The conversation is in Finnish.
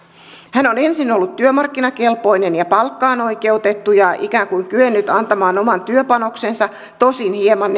hän on ensin ollut työmarkkinakelpoinen ja palkkaan oikeutettu ja ikään kuin kyennyt antamaan oman työpanoksensa tosin hieman